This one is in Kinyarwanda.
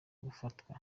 gufatwa